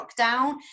lockdown